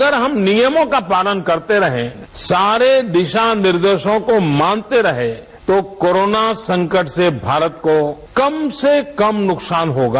अगर हम नियमों का पालन करते रहे सारे दिशा निर्देशों को मानते रहे तो कोरोना संक्रमण से भारत को कम से कम नुकसान होगा